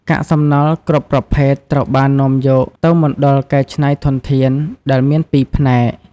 កាកសំណល់គ្រប់ប្រភេទត្រូវបាននាំយកទៅមណ្ឌលកែច្នៃធនធាន ដែលមាន២ផ្នែក ។